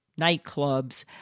nightclubs